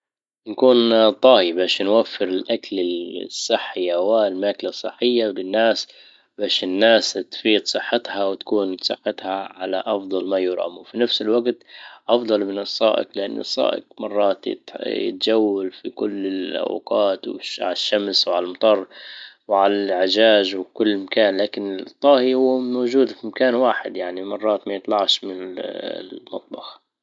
نكون اه طاي باش نوفر الاكل الصحي او الماكلة الصحية للناس باش الناس تفيد صحتها وتكون صحتها على افضل ما يرام وفي نفس الوجت افضل من السائق. لان السائق مرات يتـ- يتجول في كل الاوقات عالشمس وعالمطر وعالعجاج وكل مكان لكن الطاهي هو موجود في مكان واحد يعني مرات ما يطلعش من المطبخ.